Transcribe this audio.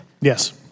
Yes